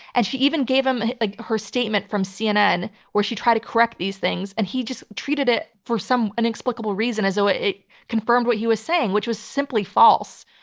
and she even gave him like her statement from cnn where she tried to correct these things, and he just treated it for some inexplicable reason as though it confirmed what he was saying, which was simply false.